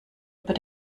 über